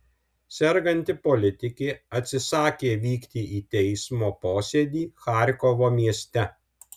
serganti politikė atsisakė vykti į teismo posėdį charkovo mieste